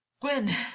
Gwen